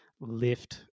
lift